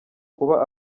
kuba